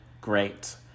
great